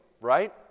right